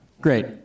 Great